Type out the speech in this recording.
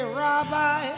rabbi